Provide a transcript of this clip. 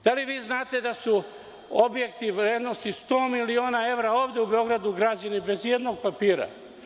Da li vi znate da su objekti vrednosti 100 miliona evra ovde u Beogradu građeni bez i jednog papira?